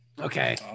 Okay